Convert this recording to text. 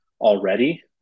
already